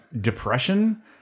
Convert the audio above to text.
depression